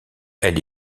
elle